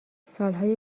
سالهای